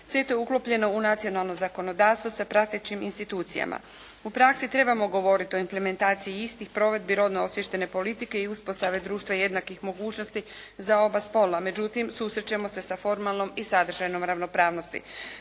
sve je to uklopljeno u nacionalno zakonodavstvo sa pratećim institucijama. U praksi trebamo govoriti o implementaciji istih provedbi rodno osviještene politike i uspostave društva jednakih mogućnosti za oba spola. Međutim susrećemo se sa formalnom i sadržajnom ravnopravnosti.